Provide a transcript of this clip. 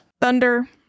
Thunder